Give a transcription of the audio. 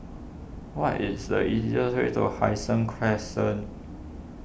what is the easiest way to Hai Sing Crescent